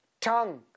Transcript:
Tongue